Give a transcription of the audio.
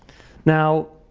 now,